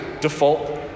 default